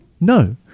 No